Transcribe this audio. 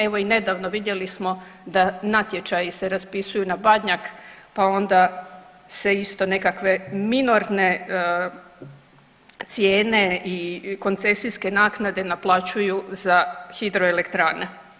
Evo i nedavno vidjeli smo da natječaji se raspisuju na Badnjak, pa onda se isto nekakve minorne cijene i koncesijske naknade naplaćuju za hidroelektrane.